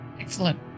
Excellent